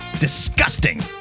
disgusting